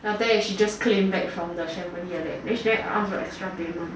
then she just claim back from the family like that then she never asked for extra payment